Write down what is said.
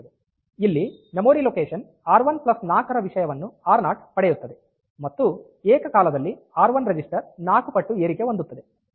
ಇಲ್ಲಿ memory location ಆರ್14 ರ ವಿಷಯವನ್ನು ಆರ್0 ಪಡೆಯುತ್ತದೆ ಮತ್ತು ಏಕಕಾಲದಲ್ಲಿ ಆರ್1 ರಿಜಿಸ್ಟರ್ 4 ಪಟ್ಟು ಏರಿಕೆ ಹೊಂದುತ್ತದೆ